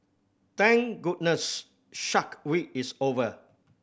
thank goodness Shark Week is over